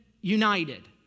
united